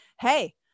hey